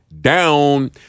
down